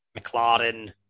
McLaren